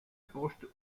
post